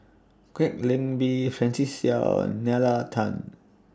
Kwek Leng Beng Francis Seow and Nalla Tan